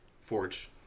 Forge